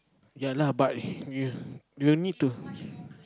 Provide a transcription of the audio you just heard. ya lah but you you need to